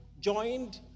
joined